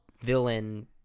villain